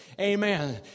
Amen